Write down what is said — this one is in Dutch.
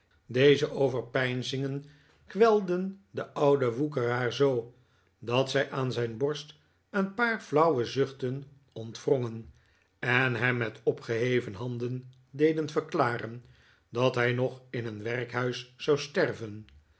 deze overpeinzingen kwelden den ouden woekeraar zoo dat zij aan zijn borst een paar flauwe zuchten ontwrongen en hem met opgeheven handen deden verklaren dat hij nog in een werkhuis zou sterven